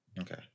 Okay